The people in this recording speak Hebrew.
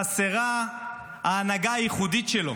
חסרה ההנהגה הייחודית שלו,